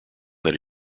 that